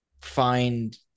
find